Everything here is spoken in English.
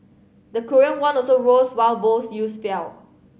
the Korean won also rose while both yields fell